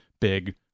big